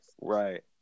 right